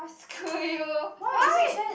!wah! screw you why